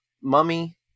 Mummy